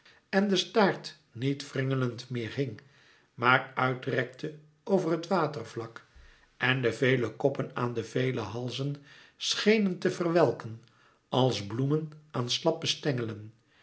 en de staart niet wringelend meer hing maar uit rekte over het watervlak en de vele koppen aan de vele halzen schenen te verwelken als bloemen aan slappe stengelen